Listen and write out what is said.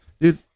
dude